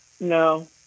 no